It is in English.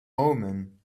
omen